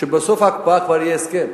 שבסוף ההקפאה כבר יהיה הסכם.